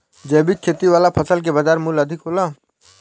जैविक खेती वाला फसल के बाजार मूल्य अधिक होला